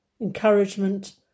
encouragement